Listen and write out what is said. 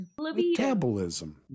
metabolism